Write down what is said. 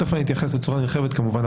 תכף אני אתייחס בצורה נרחבת, כמובן.